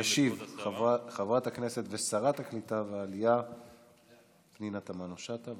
תשיב חברת הכנסת ושרת הקליטה והעלייה פנינה תמנו שטה.